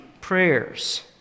prayers